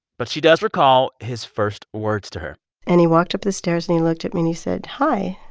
but she does recall his first words to her and he walked up the stairs, and he looked at me. and he said, hi,